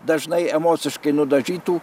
dažnai emociškai nudažytų